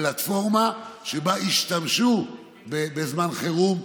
פלטפורמה שבה ישתמשו בזמן חירום,